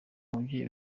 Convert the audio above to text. umubyeyi